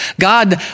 God